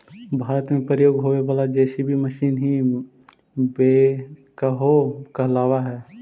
भारत में प्रयोग होवे वाला जे.सी.बी मशीन ही बेक्हो कहलावऽ हई